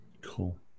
Cool